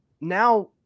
Now